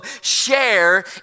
share